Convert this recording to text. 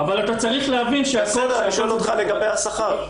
אני שואל אותך לגבי השכר.